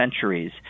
centuries